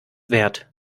wert